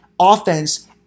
offense